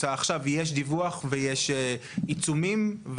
אם לא יהיה דיווח ולא תהיה העברת ההיטל לקרן,